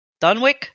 Dunwich